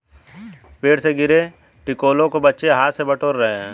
पेड़ से गिरे टिकोलों को बच्चे हाथ से बटोर रहे हैं